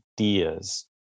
ideas